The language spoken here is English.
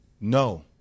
No